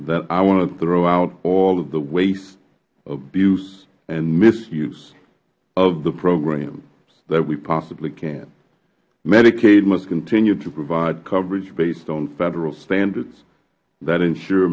i want to throw out all of the waste abuse and misuse of the program that we possibly can medicaid must continue to provide coverage based on federal standards that ensure